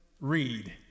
Read